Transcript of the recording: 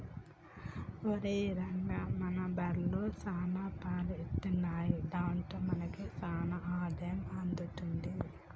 ఒరేయ్ రంగా మన బర్రెలు సాన పాలు ఇత్తున్నయ్ దాంతో మనకి సాన ఆదాయం అత్తది